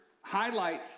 highlights